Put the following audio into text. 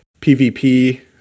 PvP